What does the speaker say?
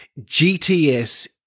GTS